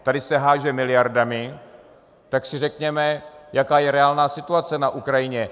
Tady se háže miliardami, tak si řekněme, jaká je reálná situace na Ukrajině.